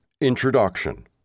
Introduction